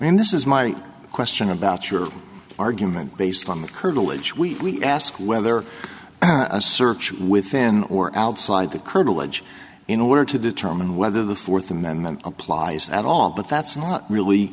mean this is my question about your argument based on the curtilage we ask whether a search within or outside the curtilage in order to determine whether the fourth amendment applies at all but that's not really